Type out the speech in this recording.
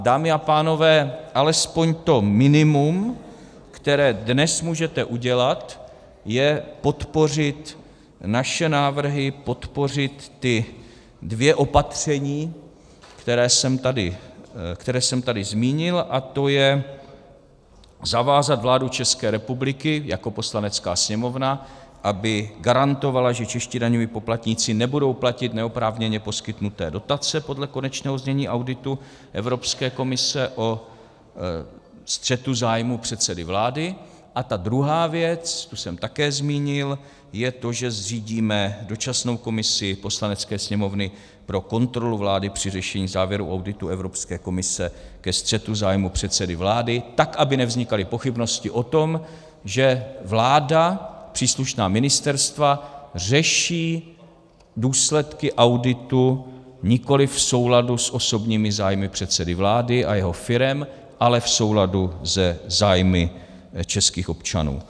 Dámy a pánové, alespoň to minimum, které dnes můžete udělat, je podpořit naše návrhy, podpořit ta dvě opatření, která jsem tady zmínil, a to je zavázat vládu České republiky jako Poslanecká sněmovna, aby garantovala, že čeští daňoví poplatníci nebudou platit neoprávněně poskytnuté dotace, podle konečného znění auditu Evropské komise o střetu zájmů předsedy vlády, a ta druhá věc, tu jsem také zmínil, je to, že zřídíme dočasnou komisi Poslanecké sněmovny pro kontrolu vlády při řešení závěrů auditu Evropské komise ke střetu zájmů předsedy vlády, tak aby nevznikaly pochybnosti o tom, že vláda, příslušná ministerstva řeší důsledky auditu nikoliv v souladu s osobními zájmy předsedy vlády a jeho firem, ale v souladu se zájmy českých občanů.